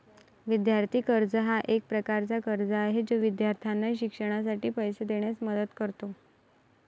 विद्यार्थी कर्ज हा एक प्रकारचा कर्ज आहे जो विद्यार्थ्यांना शिक्षणासाठी पैसे देण्यास मदत करतो